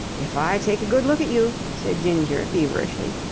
if i take a good look at you, said ginger, feverishly,